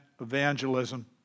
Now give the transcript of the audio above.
Evangelism